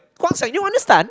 Guang-Xiang you understand